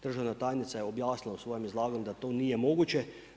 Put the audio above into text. Državna tajnica je objasnila u svom izlaganju da to nije moguće.